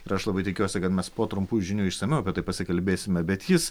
ir aš labai tikiuosi kad mes po trumpų žinių išsamiau apie tai pasikalbėsime bet jis